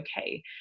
okay